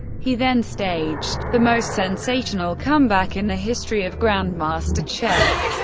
he then staged the most sensational comeback in the history of grandmaster chess,